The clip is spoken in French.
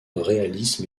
réalisme